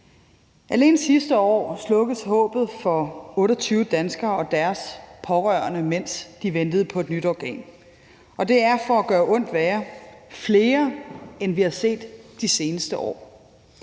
Alene sidste år slukkedes håbet for 28 danskere og deres pårørende, mens de ventede på et nyt organ. Det er for at gøre ondt værre flere, end vi har set de seneste år.